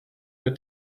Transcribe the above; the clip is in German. der